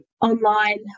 online